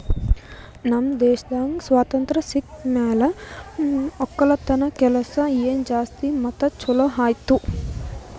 ನಮ್ ದೇಶದಾಗ್ ಸ್ವಾತಂತ್ರ ಸಿಕ್ ಮ್ಯಾಲ ಒಕ್ಕಲತನದ ಕೆಲಸ ಇನಾ ಜಾಸ್ತಿ ಮತ್ತ ಛಲೋ ಆಯ್ತು